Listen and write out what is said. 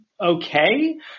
okay